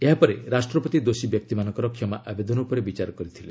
ଏହା ପରେ ରାଷ୍ଟ୍ରପତି ଦୋଷୀ ବ୍ୟକ୍ତିମାନଙ୍କର କ୍ଷମା ଆବେଦନ ଉପରେ ବିଚାର କରିଥିଲେ